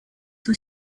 were